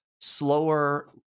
slower